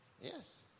Yes